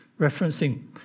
referencing